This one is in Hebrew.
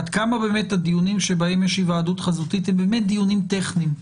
עד כמה הדיונים שבהם יש היוועדות חזותית הם באמת טכניים,